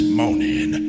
morning